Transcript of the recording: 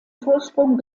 vorsprung